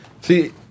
See